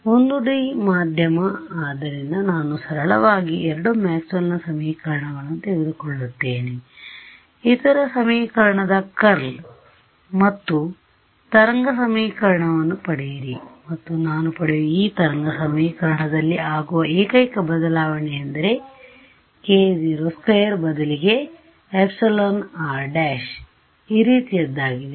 1 D ಮಾಧ್ಯಮ ಆದ್ದರಿಂದ ನಾನು ಸರಳವಾಗಿ ಎರಡು ಮ್ಯಾಕ್ಸ್ವೆಲ್ನ ಸಮೀಕರಣಗಳನ್ನು ತೆಗೆದುಕೊಳ್ಳುತ್ತೇನೆ ಇತರ ಸಮೀಕರಣದ ಕರ್ಲ್ ಮತ್ತು ತರಂಗ ಸಮೀಕರಣವನ್ನು ಪಡೆಯಿರಿ ಮತ್ತು ನಾನು ಪಡೆಯುವ ಈ ತರಂಗ ಸಮೀಕರಣದಲ್ಲಿ ಆಗುವ ಏಕೈಕ ಬದಲಾವಣೆಯೆಂದರೆ k02 ಬದಲಿಗೆ εr′ ಈ ರೀತಿಯದ್ದಾಗಿದೆ